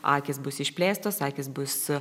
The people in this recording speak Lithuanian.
akys bus išplėstos akys bus